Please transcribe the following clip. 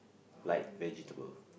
like vegetable